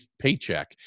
paycheck